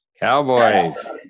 Cowboys